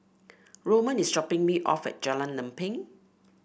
Roman is dropping me off Jalan Lempeng